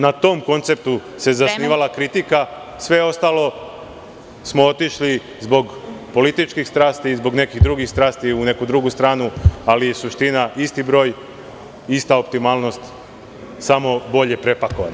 Na tom konceptu se zasnivala kritika. (Predsedavajuća: Vreme.) Sve ostalo smo otišli zbog političkih strasti, zbog nekih drugih strasti, u neku drugu stranu, ali je suština isti broj, ista optimalnost, samo bolje prepakovana.